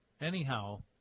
anyhow